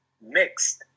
mixed